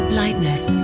lightness